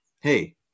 hey